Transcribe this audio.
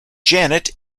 janet